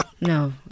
No